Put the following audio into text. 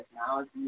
technology